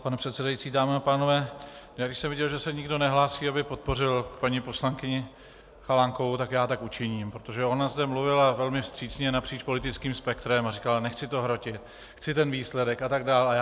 Pane předsedající, dámy a pánové, když jsem viděl, že se nikdo nehlásí, aby podpořil paní poslankyni Chalánkovou, tak já tak učiním, protože ona zde mluvila velmi vstřícně napříč politickým spektrem, říkala: nechci to hrotit, chci ten výsledek a tak dále.